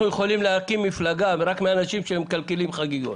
אנחנו יכולים להקים מפלגה רק מאנשים שמקלקלים חגיגות.